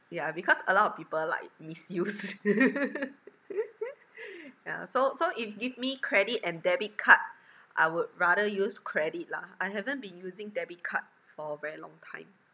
yeah because a lot of people like misuse yeah so so if give me credit and debit card I would rather use credit lah I haven't been using debit card for very long time